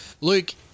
Luke